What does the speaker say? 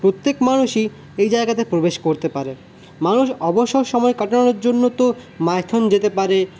প্রত্যেক মানুষই এই জায়গায়তে প্রবেশ করতে পারে মানুষ অবসর সময় কাটানোর জন্য তো মাইথন যেতে পারে